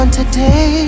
today